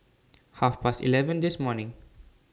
Half Past eleven This morning